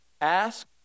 ask